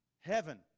heaven